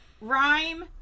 rhyme